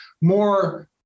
more